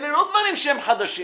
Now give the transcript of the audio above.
אלה לא דברים חדשים.